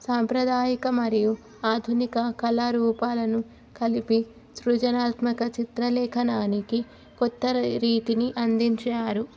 సాంప్రదాయక మరియు ఆధునిక కళారూపాలను కలిపి సృజనాత్మక చిత్రలేఖనానికి కొత్త రీతిని అందించారు